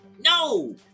No